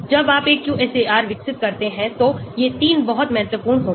जब आप एक QSAR विकसित करते हैं तो ये 3 बहुत महत्वपूर्ण होते हैं